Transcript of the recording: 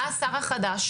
בא השר החדש,